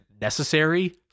Necessary